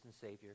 Savior